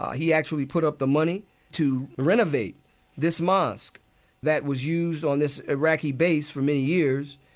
he actually put up the money to renovate this mosque that was used on this iraqi base for many years,